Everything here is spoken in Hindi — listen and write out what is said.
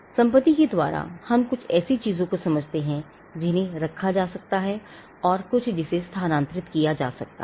संपत्ति के द्वारा हम कुछ ऐसी चीज़ों को समझते हैं जिन्हें रखा जा सकता है और कुछ जिसे स्थानांतरित किया सकता है